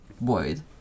void